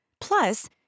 Plus